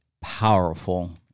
powerful